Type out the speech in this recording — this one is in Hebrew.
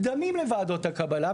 מוקדמים לוועדות הקבלה.